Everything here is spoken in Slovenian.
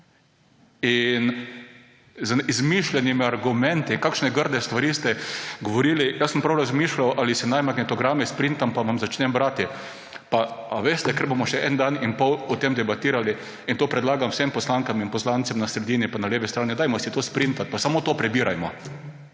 z izmišljenimi argumenti, kakšne grde stvari ste govorili. Jaz sem prav razmišljal, ali si naj magnetogram sprintam in vam začnem brati. Ker bomo še en dan in pol o tem debatirali, predlagam vsem poslankam in poslancem na sredini in na levi strani, dajmo si to sprintati pa samo to prebirajmo.